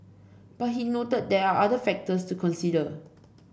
but he noted there are other factors to consider